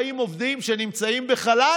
40 עובדים שנמצאים בחל"ת,